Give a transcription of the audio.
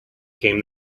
came